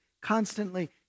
constantly